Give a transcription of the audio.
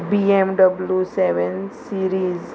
BMW seven series